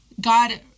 God